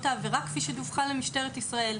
העבירה כפי שדווחה למשטרת ישראל.